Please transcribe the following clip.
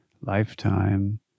lifetime